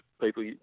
people